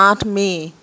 আঠ মে'